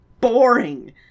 boring